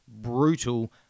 brutal